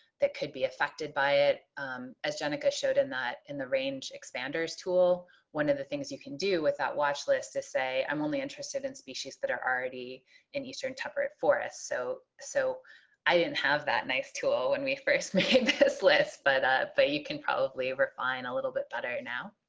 could be affected by it as jenica showed in in the range expanders tool one of the things you can do with that watch list is say i'm only interested in species that are already in eastern temperate forests so so i didn't have that nice tool when we first made this list but ah but you can probably refine a little bit better now